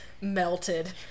melted